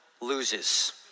loses